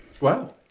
Wow